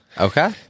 Okay